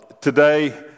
today